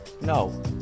No